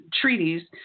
treaties